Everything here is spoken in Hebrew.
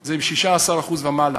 זה 16% ומעלה.